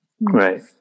Right